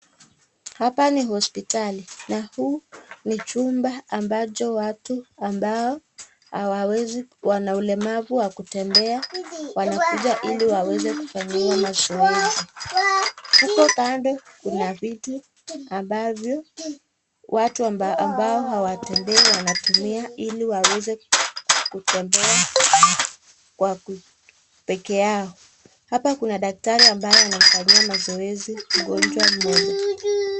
Hapa ni hospitali na huu ni chumba ambacho watu ambao hawawezi wana ulemavu wa kutembea wanakuja ili waweze kufanyiwa mazoezi. Huko kando kuna vitu ambavyo watu ambao hawatembei wanatumia ili waweze kutembea kwa peke yao. Hapa kuna daktari ambaye anamfanyia mazoezi mgonjwa mmoja.